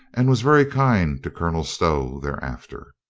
and was very kind to colonel stow thereafter.